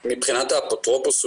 אני אתחיל מבחינת האפוטרופוס.